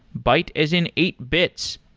byte as in eight bits.